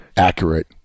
accurate